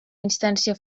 instància